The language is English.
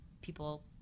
People